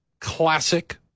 classic